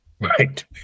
Right